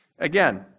Again